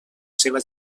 seva